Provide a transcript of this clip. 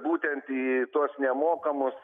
būtent į tuos nemokamus